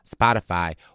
Spotify